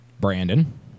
Brandon